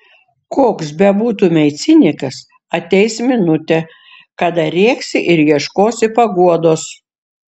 koks bebūtumei cinikas ateis minutė kada rėksi ir ieškosi paguodos